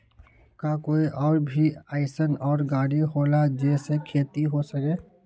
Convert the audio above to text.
का कोई और भी अइसन और गाड़ी होला जे से खेती हो सके?